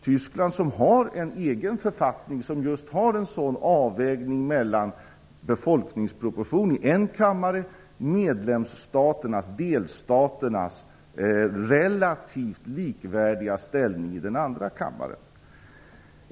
Tyskland har ju en egen författning som just har en sådan avvägning mellan befolkningsproportion i den ena kammaren och delstaternas relativt likvärdiga ställning i den andra kammaren.